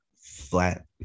flat